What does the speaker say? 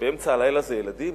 באמצע הלילה זה ילדים?